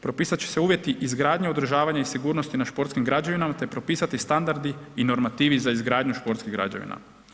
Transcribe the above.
Propisat će se uvjeti izgradnje, održavanja i sigurnosti na športskim građevinama te propisati standardi i normativi za izgradnju športskih građevina.